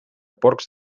porcs